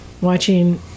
watching